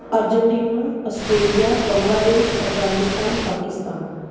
Argentina Australia Bangladesh Afghanistan Pakistan